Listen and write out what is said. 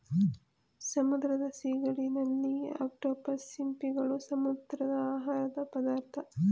ಸಮುದ್ರದ ಸಿಗಡಿ, ನಳ್ಳಿ, ಅಕ್ಟೋಪಸ್, ಸಿಂಪಿಗಳು, ಸಮುದ್ರದ ಆಹಾರದ ಪದಾರ್ಥ